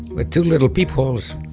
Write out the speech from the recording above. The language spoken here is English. with two little peepholes.